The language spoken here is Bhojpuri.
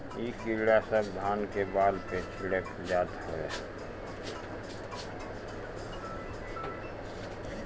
इ कीड़ा सब धान के बाल पे चिपक जात हवे